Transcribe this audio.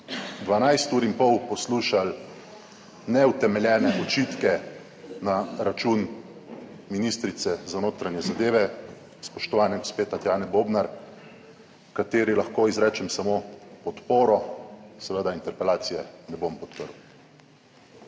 očitke na račun ministrice za notranje zadeve, spoštovane gospe Tatjane Bobnar, kateri lahko izrečem samo podporo. Seveda interpelacije ne bom podprl.